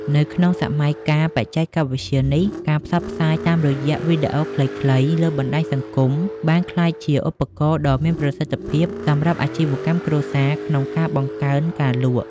នៅក្នុងសម័យកាលបច្ចេកវិទ្យានេះ ការផ្សព្វផ្សាយតាមរយៈវីដេអូខ្លីៗលើបណ្ដាញសង្គម បានក្លាយជាឧបករណ៍ដ៏មានប្រសិទ្ធភាពសម្រាប់អាជីវកម្មគ្រួសារក្នុងការបង្កើនការលក់។